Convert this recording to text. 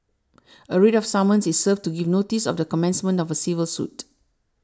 a writ of summons is served to give notice of the commencement of a civil suit